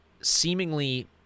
seemingly